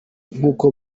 nk’uko